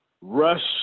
rush